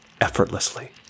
effortlessly